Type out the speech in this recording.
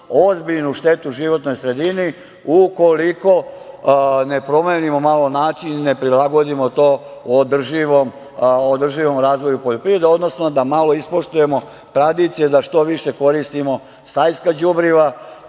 ozbiljnu štetu životnoj sredini ukoliko ne promenimo malo način i ne prilagodimo to održivom razvoju poljoprivredne, odnosno da malo ispoštujemo tradicije da što više koristimo stajska đubriva,